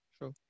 Sure